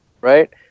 right